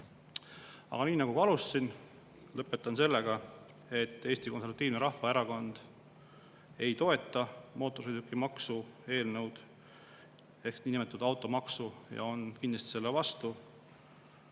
Aga nii nagu ka alustasin, lõpetan sellega, et Eesti Konservatiivne Rahvaerakond ei toeta mootorsõidukimaksu eelnõu ehk niinimetatud automaksu ja on kindlasti selle vastu.